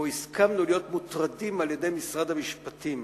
הסכמנו להיות מוטרדים על-ידי משרד המשפטים,